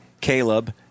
Caleb